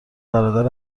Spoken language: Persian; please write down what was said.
برادر